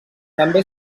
també